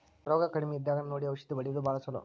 ರೋಗಾ ಕಡಮಿ ಇದ್ದಾಗನ ನೋಡಿ ಔಷದ ಹೊಡಿಯುದು ಭಾಳ ಚುಲೊ